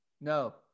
No